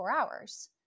hours